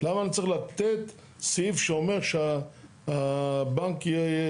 למה אני צריך לתת סעיף שאומר שהבנק יהיה,